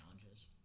challenges